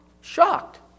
shocked